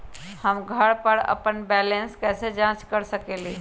हम घर पर अपन बैलेंस कैसे जाँच कर सकेली?